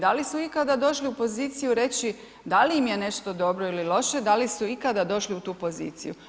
Da li su ikada došli u poziciju reći, da li im je nešto dobro ili loše, da li su ikada došli u tu poziciju?